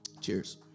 Cheers